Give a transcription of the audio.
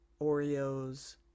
Oreos